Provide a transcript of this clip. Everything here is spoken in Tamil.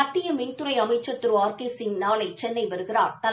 மத்திய மின்துறை அமைச்சா் திரு ஆர் கே சிங் நாளை சென்னை வருகிறாா்